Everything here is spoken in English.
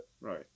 Right